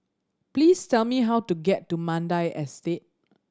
please tell me how to get to Mandai Estate